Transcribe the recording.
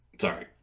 Sorry